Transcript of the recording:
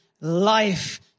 life